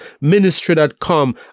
ministry.com